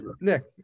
Nick